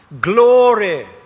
Glory